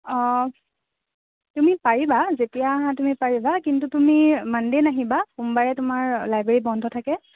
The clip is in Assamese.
অঁ তুমি পাৰিবা যেতিয়া আহা তুমি পাৰিবা কিন্তু তুমি মানডে নাহিবা সোমবাৰে তোমাৰ লাইব্ৰেৰী বন্ধ থাকে